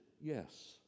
yes